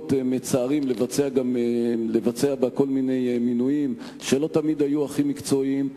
לניסיונות מצערים לקבוע כל מיני מינויים שלא תמיד היו הכי מקצועיים,